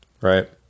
right